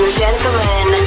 gentlemen